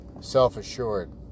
self-assured